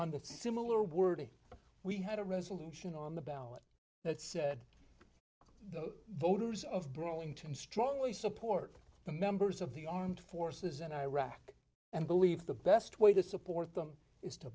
on the similar worry we had a russian engine on the ballot that's sad the voters of burlington strongly support the members of the armed forces in iraq and believe the best way to support them is to